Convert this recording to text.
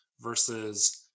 versus